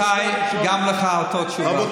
רבותיי, גם לך אותה תשובה.